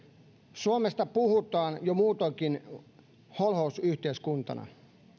suomesta puhutaan jo muutenkin holhousyhteiskuntana